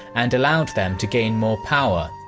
and allowed them to gain more power.